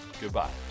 goodbye